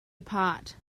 apart